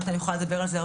יונתן יוכל לדבר על זה.